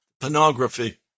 pornography